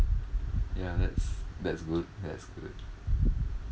yah that's that's good that's good